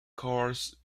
cars